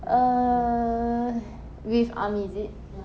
err with army is it